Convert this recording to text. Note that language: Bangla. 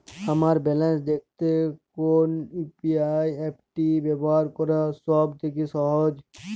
আমার ব্যালান্স দেখতে কোন ইউ.পি.আই অ্যাপটি ব্যবহার করা সব থেকে সহজ?